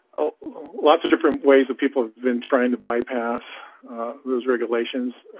oh lots of different ways that people have been trying to bypass those regulations